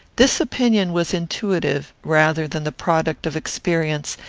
this opinion was intuitive, rather than the product of experience,